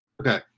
Okay